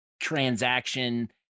transaction